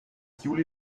juli